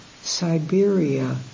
Siberia